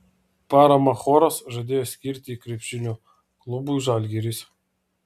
paramą choras žadėjo skirti krepšinio klubui žalgiris